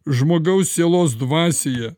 žmogaus sielos dvasioje